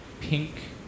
pink